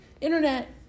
internet